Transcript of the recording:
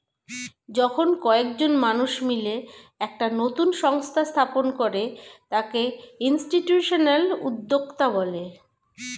যখন কয়েকজন মানুষ মিলে একটা নতুন সংস্থা স্থাপন করে তাকে ইনস্টিটিউশনাল উদ্যোক্তা বলে